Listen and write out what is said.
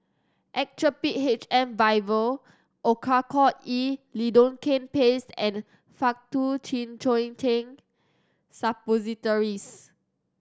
Actrapid H M Vial Oracort E Lidocaine Paste and Faktu Cinchocaine Suppositories